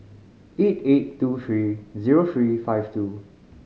eight eight two three zero three five two